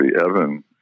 Evan